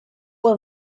will